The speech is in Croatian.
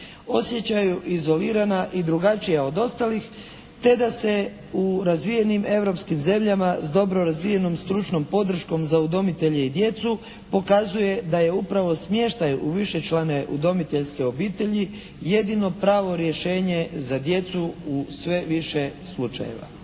osjećaju izolirana i drugačija od ostalih te da se u razvijem europskim zemljama s dobro razvijenom stručnom podrškom za udomitelje i djecu pokazuje da je upravo smještaj u višečlane udomiteljske obitelji jedino pravo rješenje za djecu u sve više slučajeva.